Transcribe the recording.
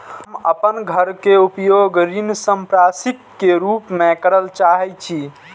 हम अपन घर के उपयोग ऋण संपार्श्विक के रूप में करल चाहि छी